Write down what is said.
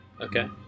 okay